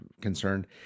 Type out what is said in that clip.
concerned